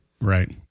Right